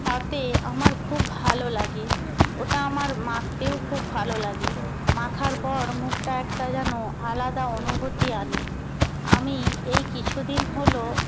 তাতে আমার খুব ভালো লাগে ওটা আমার মাখতেও খুব ভালো লাগে মাখার পর মুখটা একটা যেন আলাদা অনুভূতি আনে আমি এই কিছু দিন হলো